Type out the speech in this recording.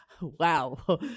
wow